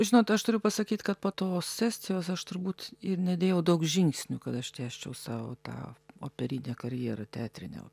žinot aš turiu pasakyt kad po tos estijos aš turbūt ir nedėjau daug žingsnių kad aš tęsčiau sautau operinę karjerą teatrinio